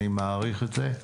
אני מעריך את זה.